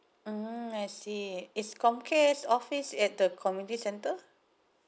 mm I see is comcare's office at the community centre